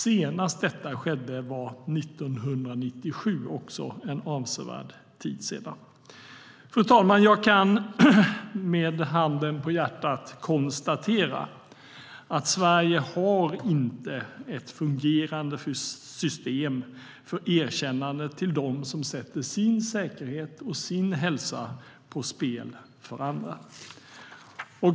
Senast detta skedde var 1997 - också för en avsevärd tid sedan. Fru talman! Jag kan med handen på hjärtat konstatera att Sverige inte har ett fungerande system för erkännanden till dem som sätter sin säkerhet och sin hälsa på spel för andra.